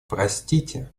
простите